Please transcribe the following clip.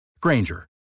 Granger